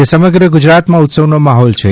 આજે સમગ્ર ગુજરાતમાં ઉત્સવનો માહોલ છે